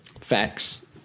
Facts